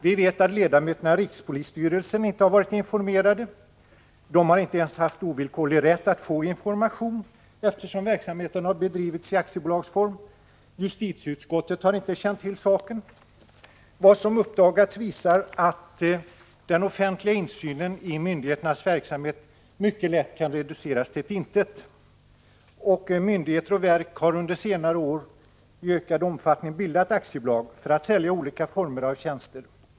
Vi vet att ledamöterna i rikspolisstyrelsen inte har varit informerade. De har inte ens haft ovillkorlig rätt att få information, eftersom verksamheten har bedrivits i aktiebolagsform. Justitieutskottet har inte känt till saken. Vad som uppdagats visar att den offentliga insynen i myndigheternas verksamhet mycket lätt kan reduceras till ett intet, och myndigheter och verk har under senare år i ökad omfattning bildat aktiebolag för att sälja olika former av tjänster.